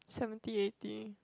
seventy eighty